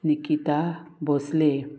Nikita Bhonsle